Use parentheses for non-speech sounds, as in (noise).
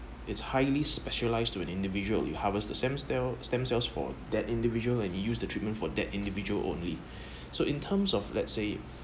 is highly specialized to an individual you harvest the stem cells stem cells for that individual and he used the treatment for that individual only (breath) so in terms of let's say